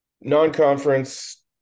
Non-conference